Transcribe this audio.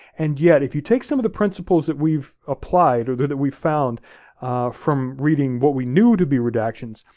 and yet, if you take some of the principles that we've applied or that we've found from reading what we knew to be redactions,